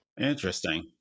Interesting